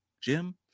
Jim